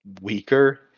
weaker